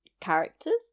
characters